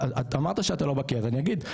אמרת שאתה לא בקיא אז אני אגיד,